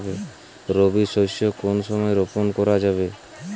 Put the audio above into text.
রবি শস্য কোন সময় রোপন করা যাবে?